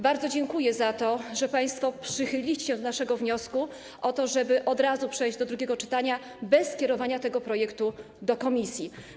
Bardzo dziękuję za to, że państwo przychylili się do naszego wniosku o to, żeby od razu przejść do drugiego czytania bez skierowania tego projektu do komisji.